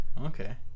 Okay